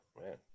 man